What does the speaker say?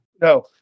No